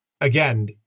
again